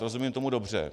Rozumím tomu dobře?